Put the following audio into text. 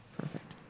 Perfect